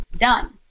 done